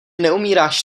neumíráš